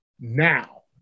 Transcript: Now